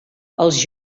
els